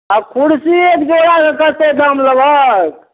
आ कुर्सी एक जोड़ाके कतेक दाम लेबहक